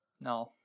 No